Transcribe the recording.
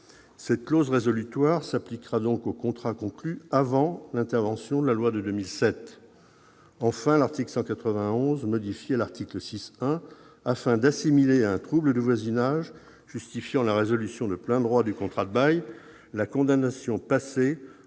Cette clause résolutoire s'appliquera donc aux contrats conclus avant l'intervention de la loi de 2007. Enfin, l'article 121 modifiait l'article 6-1, afin d'assimiler à un trouble de voisinage justifiant la résolution de plein droit du contrat de bail la condamnation passée